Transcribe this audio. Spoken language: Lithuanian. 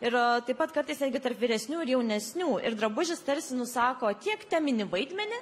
ir taip pat kartais netgi tarp vyresnių ir jaunesnių ir drabužis tarsi nusako tiek teminį vaidmenį